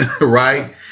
Right